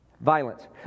Violence